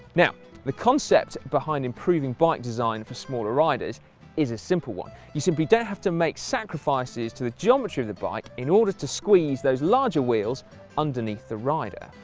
now the concept behind improving bike design for smaller riders is a simple one. you see, we don't have to make sacrifices to the geometry of the bike in order to squeeze those larger wheels underneath the rider.